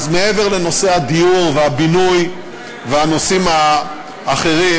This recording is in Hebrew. אז מעבר לנושא הדיור והבינוי והנושאים האחרים,